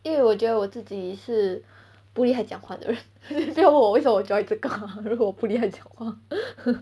因为我觉得我自己是不厉害讲话的人所以我为什么我 join 这个如果我不厉害讲话